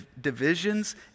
divisions